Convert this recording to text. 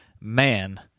man